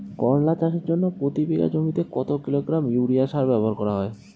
করলা চাষের জন্য প্রতি বিঘা জমিতে কত কিলোগ্রাম ইউরিয়া সার ব্যবহার করা হয়?